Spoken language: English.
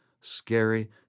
scary